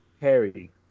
Harry